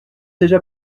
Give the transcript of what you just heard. déjà